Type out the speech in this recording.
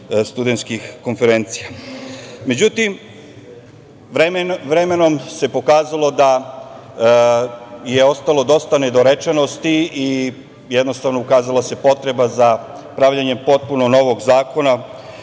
studentskih konferencija.Međutim, vremenom se pokazalo da je ostalo dosta nedorečenosti i jednostavno, ukazala se potreba za pravljenjem potpuno novog zakona